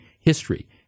history